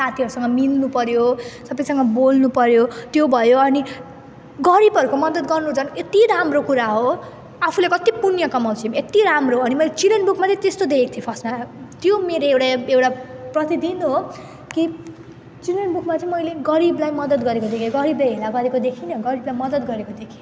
साथीहरूसँग मिल्नुपऱ्यो सबैसँग बोल्नुपऱ्यो त्यो भयो अनि गरिबहरूको मदत गर्नु झन् यत्ति राम्रो कुरा हो आफूले कति पुण्य कमाउँछौँ यत्ति राम्रो हो अनि मैले चिल्ड्रेन बुकमा चाहिँ त्यस्तो देखेको थिएँ फर्स्टमा त्यो मेरो एउटा एउटा प्रतिदिन हो कि चिल्ड्रेन बुकमा चाहिँ मैले गरिबलाई मदत गरेको देखेँ गरिबलाई हेला गरेको देखेँ गरिबलाई मदत गरेको देखेँ